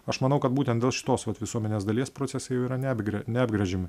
aš manau kad būtent dėl šitos vat visuomenės dalies procesai jau yra neatgre neapgręžiami